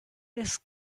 ist